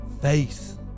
Faith